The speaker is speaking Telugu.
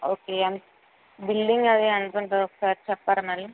ఓకే బిల్డింగ్ అది ఎంత ఉంటుంది ఒకసారి చెప్పరా మరి